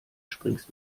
springst